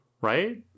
right